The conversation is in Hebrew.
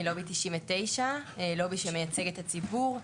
מלובי 99. לובי שמייצג את הציבור.